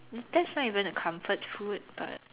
that's not even a comfort food but